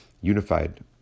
unified